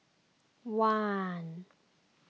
one